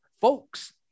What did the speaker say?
folks